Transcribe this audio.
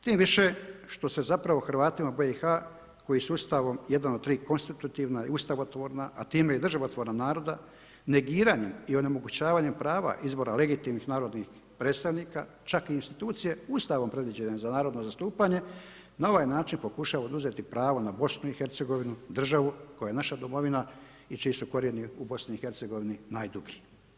Tim više što se zapravo Hrvatima u BiH koji sustavom jedan od tri konstitutivna i ustavotvorna, a time i državotvorna naroda negiranjem i onemogućavanjem prava izbora legitimnih narodnih predstavnika, čak i institucije Ustavom predviđene za narodno zastupanje na ovaj način pokušava oduzeti pravo na BiH, državu koja je naša domovina i čiji su korijeni u BiH najdublji.